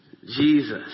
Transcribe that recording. Jesus